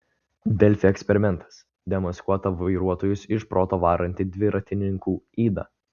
delfi eksperimentas demaskuota vairuotojus iš proto varanti dviratininkų yda